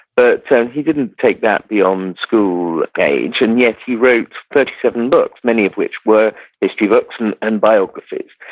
but so he didn't take that beyond school age and yet, he wrote thirty seven books, many of which were history books and and biographies.